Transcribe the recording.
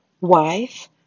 wife